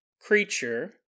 creature